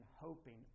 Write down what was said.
hoping